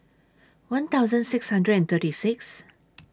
one thousand six hundred and thirty six